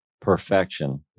Perfection